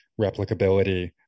replicability